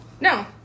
No